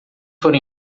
foram